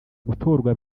gutorwa